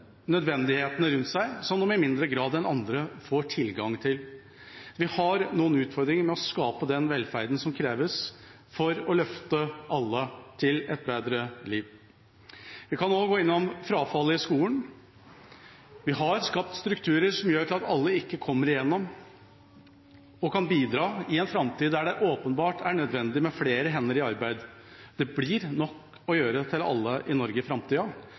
nødvendighetene rundt seg, som de i mindre grad enn andre får tilgang til. Vi har noen utfordringer med å skape den velferden som kreves for å løfte alle til et bedre liv. Vi kan også nevne frafallet i skolen. Vi har skapt strukturer som gjør at ikke alle kommer seg igjennom og kan bidra i en framtid der det åpenbart er nødvendig med flere hender i arbeid. Det blir nok å gjøre for alle i Norge i framtida.